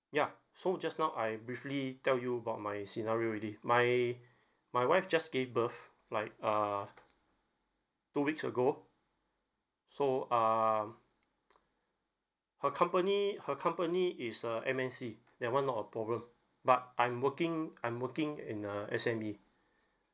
ya so just now I've briefly tell you about my scenario already my my wife just gave birth like uh two weeks ago so um her company her company is a M_N_C that one not a problem but I'm working I'm working in uh S_M_E